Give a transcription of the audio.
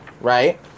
right